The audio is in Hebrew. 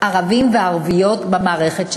ערבים וערביות במערכת שלה.